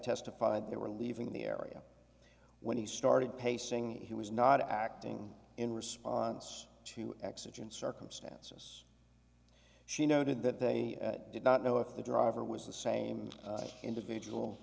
testified they were leaving the area when he started pacing he was not acting in response to exigent circumstances she noted that they did not know if the driver was the same individual